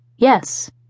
Yes